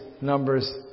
numbers